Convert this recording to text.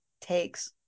takes